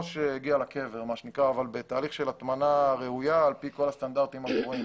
שהגיע לקבר אבל בתהליך של הטמנה ראויה על פי כל הסטנדרטים הקבועים.